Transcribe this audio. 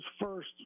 first